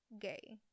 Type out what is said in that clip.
gay